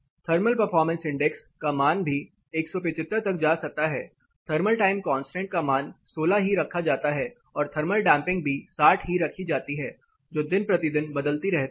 thermal performance index का मान भी 175 तक जा सकता है थर्मल टाइम कांस्टेंट का मान 16 ही रखा जाता है और थर्मल डैंपिंग भी 60 ही रखी जाती है जो दिन प्रतिदिन बदलती रहती है